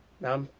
now